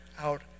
out